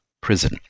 prison